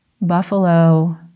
Buffalo